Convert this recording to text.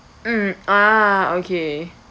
mm ah okay